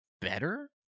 better